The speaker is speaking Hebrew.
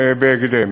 בהקדם.